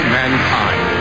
mankind